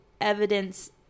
evidence